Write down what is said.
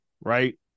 right